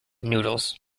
noodles